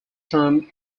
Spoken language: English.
termed